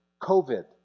COVID